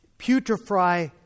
Putrefy